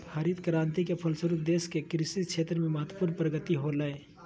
हरित क्रान्ति के फलस्वरूप देश के कृषि क्षेत्र में महत्वपूर्ण प्रगति होलय